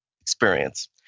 experience